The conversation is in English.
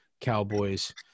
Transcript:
cowboys